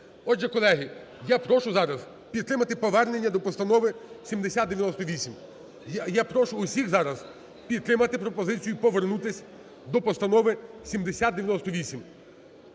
Отже, колеги, я прошу зараз підтримати повернення до постанови 7098. Я прошу усіх зараз підтримати пропозицію повернутися до постанови 7098.